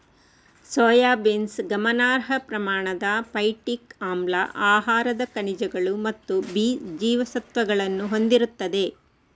soybeans ಗಮನಾರ್ಹ ಪ್ರಮಾಣದ phytic ಆಮ್ಲ, ಆಹಾರದ ಖನಿಜಗಳು ಮತ್ತು ಬಿ ಜೀವಸತ್ವಗಳನ್ನು ಹೊಂದಿರುತ್ತದೆ